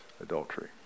adultery